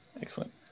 Excellent